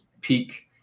peak